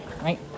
Right